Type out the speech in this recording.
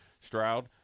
Stroud